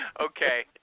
Okay